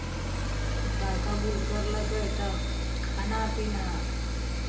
निकाह कबूल करलकै तब खाना पीना